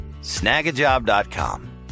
Snagajob.com